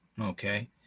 okay